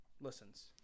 listens